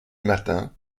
matin